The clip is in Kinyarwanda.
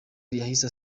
yahise